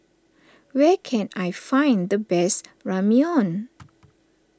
where can I find the best Ramyeon